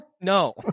No